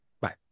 Bye